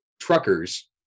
truckers